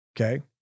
okay